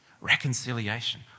reconciliation